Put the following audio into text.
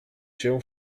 się